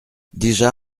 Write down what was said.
déjà